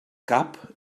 cap